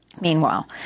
Meanwhile